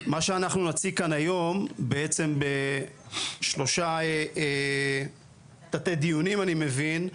מה שאנחנו נציג כאן היום בעצם בשלושה תתי דיונים אני מבין,